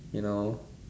you know